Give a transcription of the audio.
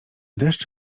deszcz